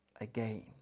again